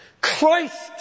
Christ